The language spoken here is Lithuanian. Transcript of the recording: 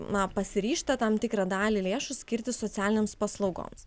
na pasiryžta tam tikrą dalį lėšų skirti socialinėms paslaugoms